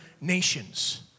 nations